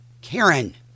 Karen